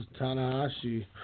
Tanahashi